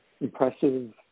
impressive